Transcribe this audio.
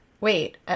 wait